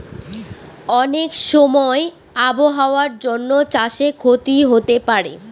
অনেক সময় আবহাওয়ার জন্য চাষে ক্ষতি হতে পারে